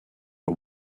for